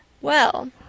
Well